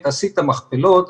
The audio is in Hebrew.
תעשי את המכפלות,